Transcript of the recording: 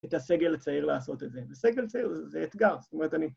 את הסגל הצעיר לעשות את זה. וסגל צעיר זה אתגר, זאת אומרת, אני...